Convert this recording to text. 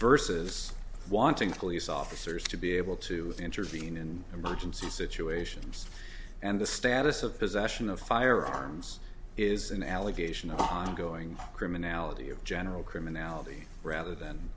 versus wanting police officers to be able to intervene in emergency situations and the status of possession of firearms is an allegation of ongoing criminality of general criminality rather than